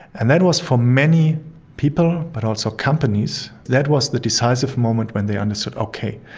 and that was for many people, but also companies, that was the decisive moment when they understood, okay,